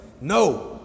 No